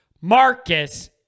Marcus